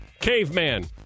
Caveman